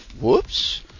Whoops